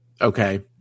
Okay